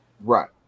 Right